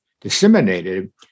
disseminated